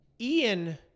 Ian